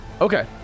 Okay